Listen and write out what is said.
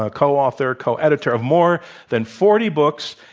ah co-author, co-editor of more than forty books,